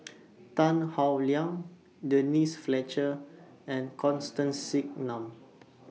Tan Howe Liang Denise Fletcher and Constance Singam